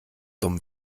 dumm